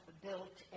built